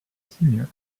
senior